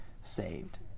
saved